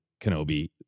Kenobi